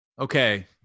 Okay